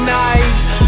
nice